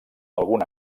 algun